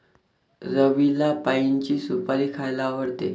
रवीला पाइनची सुपारी खायला आवडते